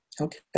Okay